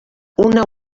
una